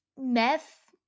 meth